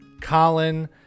Colin